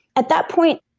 at that point,